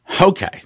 Okay